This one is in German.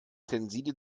tenside